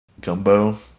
gumbo